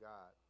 God